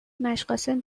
مشقاسم